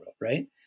right